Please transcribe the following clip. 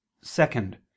Second